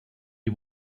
die